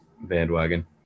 bandwagon